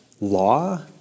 law